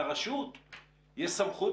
לרשות יש סמכות,